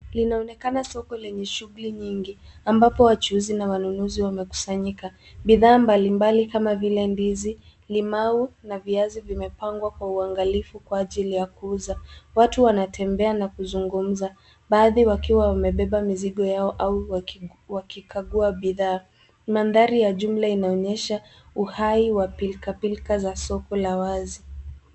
Linaonekana soko lenye shughuli nyingi, ambapo wachuuzi na wanunuzi wamekusanyika. Bidhaa mbalimbali kama vile ndizi, limau na viazi vimepangwa kwa uangalifu kwa ajili ya kuuza. Watu wanatembea na kuzungumza, baadhi wakiwa wamebeba mizigo yao au wakikagua bidhaa. Mandhari ya jumla inaonyesha uhai wa pilikapilika za soko la wazi.